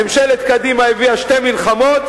ממשלת קדימה הביאה שתי מלחמות,